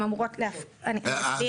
אני אסביר.